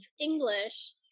English